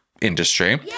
industry